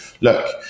look